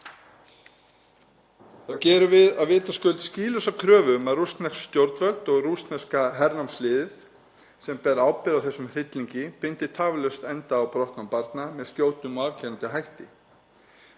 Þá gerum við vitaskuld þá skýlausu kröfu að rússnesk stjórnvöld og rússneska hernámsliðið sem ber ábyrgð á þessum hryllingi bindi tafarlaust enda á brottnám barna með skjótum og afgerandi hætti.